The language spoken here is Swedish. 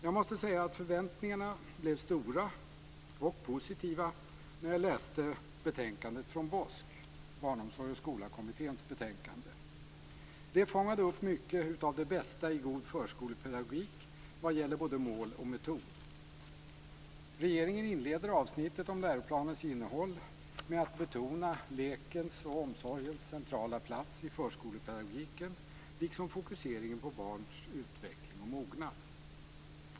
Jag måste säga att förväntningarna blev stora och positiva när jag läste betänkandet från BOSK, Barnomsorg och skolakommittén. Det fångade upp mycket av det bästa i god förskolepedagogik vad gäller både mål och metod. Regeringen inleder avsnittet om läroplanens innehåll med att betona lekens och omsorgens centrala plats i förskolepedagogiken liksom fokuseringen på barns utveckling och mognad.